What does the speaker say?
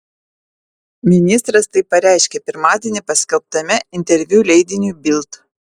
ministras tai pareiškė pirmadienį paskelbtame interviu leidiniui bild